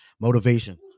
Motivation